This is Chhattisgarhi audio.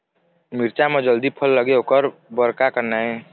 मिरचा म जल्दी फल लगे ओकर बर का करना ये?